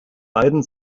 beiden